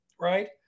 right